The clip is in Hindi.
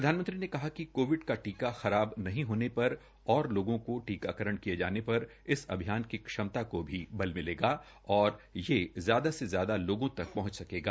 प्रधानमंत्री ने कहा कि कोविड की टीका खराब नहीं होने पर इस लोगों को टीकाकरण किये जाने पर इस अभियान की क्षमता को भी बल मिलेगा और ज्यादा से ज्यादा लोगों तक पहंच सकेंगा